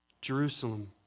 Jerusalem